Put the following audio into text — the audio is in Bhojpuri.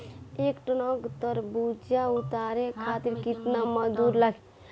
एक ट्रक तरबूजा उतारे खातीर कितना मजदुर लागी?